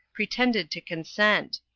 pre tended to consent.